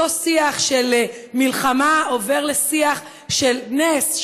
אותו שיח של מלחמה נעשה לשיח של נס,